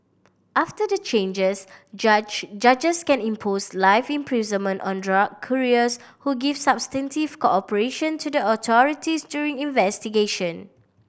after the changes judge judges can impose life imprisonment on drug couriers who give substantive cooperation to the authorities during investigation